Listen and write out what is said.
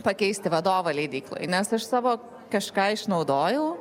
pakeisti vadovą leidykloj nes aš savo kažką išnaudojau